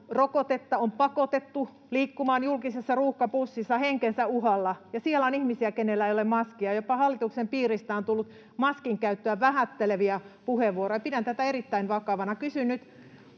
rokotetta, on pakotettu liikkumaan julkisessa ruuhkabussissa henkensä uhalla, ja siellä on ihmisiä, kenellä ei ole maskia. Jopa hallituksen piiristä on tullut maskin käyttöä vähätteleviä puheenvuoroja. Pidän tätä erittäin vakavana. Kysyn